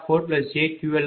4MVAMVAB100PL4jQL40